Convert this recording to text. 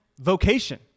vocation